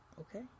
Okay